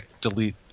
delete